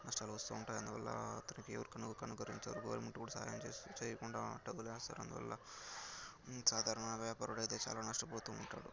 నష్టాలు వస్తూ ఉంటాయి అందువల్ల అతనికి ఎవరూ కనికరించరు గవర్నమెంట్ కూడా సహాయం చేయకుండా డబల్ వేస్తారు అందువల్ల సాధారణ వ్యాపారులు అయితే చాలా నష్టపోతూ ఉంటాడు